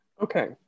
Okay